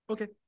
Okay